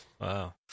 Wow